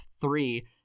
three